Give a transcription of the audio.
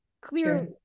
Clearly